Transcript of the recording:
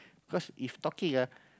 cause if talking ah